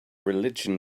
religion